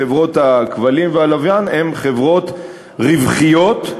חברות הכבלים והלוויין הן חברות רווחיות.